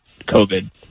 COVID